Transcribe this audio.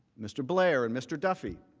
mr. blair and mr. duffy